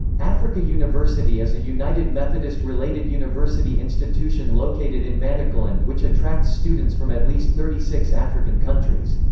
africa university is a united methodist related university institution located in manicaland which attracts students from at least thirty six african countries.